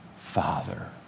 Father